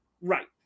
Right